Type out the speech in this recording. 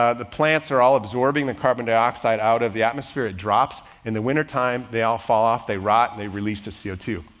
ah the plants are all absorbing the carbon dioxide out of the atmosphere. it drops in the winter time, they all fall off, they rot and they release the c o two.